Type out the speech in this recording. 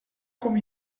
com